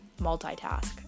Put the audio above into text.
multitask